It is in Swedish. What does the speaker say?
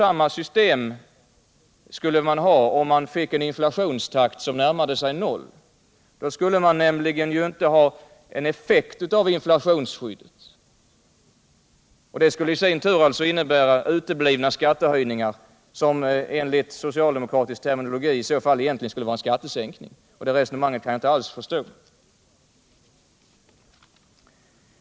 Samma system skulle man ha om man fick en inflationstakt som närmade sig noll. Då skulle man nämligen inte få en effekt av inflationsskyddet och det skulle i sin tur innebära uteblivna skattehöjningar, som enligt socialdemokratisk terminologi egentligen är skattesänkningar. Det resonemanget kan jag som sagt inte alls förstå.